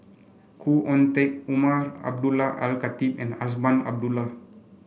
Khoo Oon Teik Umar Abdullah Al Khatib and Azman Abdullah